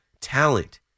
talent